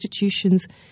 institutions